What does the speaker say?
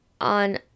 on